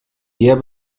eher